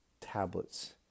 tablets